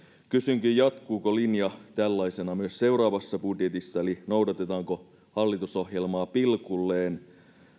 kysynkin jatkuuko linja tällaisena myös seuraavassa budjetissa eli noudatetaanko hallitusohjelmaa pilkulleen